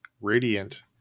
radiant